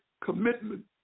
commitment